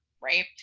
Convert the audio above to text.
right